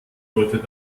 deutet